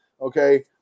Okay